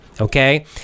Okay